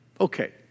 Okay